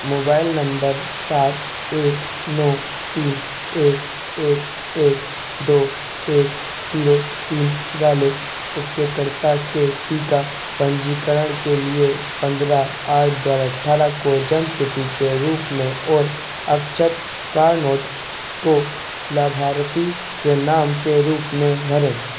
mobile number सात एक नौ तीन एक एक एक दो एक ज़ीरो तीन वाले उपयोगकर्ता के टीका पंजीकरण के लिए पन्द्रह आठ द्वारा अठारह को जन्म तिथि के रूप में और अक्षत कार्नोट को लाभार्थी के नाम के रूप में भरें